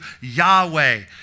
Yahweh